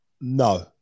no